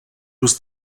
was